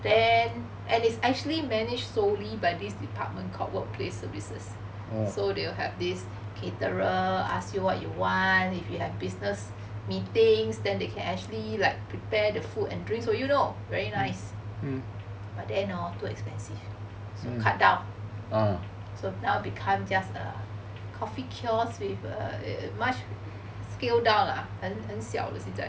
then and it's actually manage solely by this department called workplace services so they will have this caterer ask you what you want if you have business meetings then they can actually like prepare the food and drinks for you lor very nice but then hor too expensive so cut down so now become just a coffee kiosk with a much scale down lah 很小 lah 现在